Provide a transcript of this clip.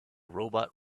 robot